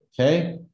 okay